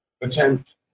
attempt